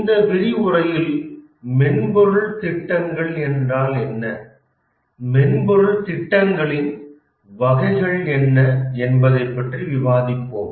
இந்த விரிவுரையில் மென்பொருள் திட்டங்கள் என்றால் என்ன மென்பொருள் திட்டங்களின் வகைகள் என்ன என்பது பற்றி விவாதிப்போம்